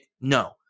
no